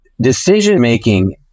decision-making